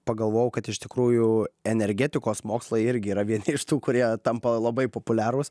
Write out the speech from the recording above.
pagalvojau kad iš tikrųjų energetikos mokslai irgi yra vieni iš tų kurie tampa labai populiarūs